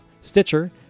Stitcher